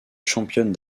championne